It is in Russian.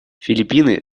филиппины